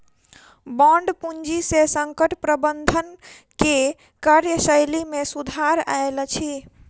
bond पूंजी से संकट प्रबंधन के कार्यशैली में सुधार आयल अछि